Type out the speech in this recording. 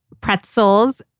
pretzels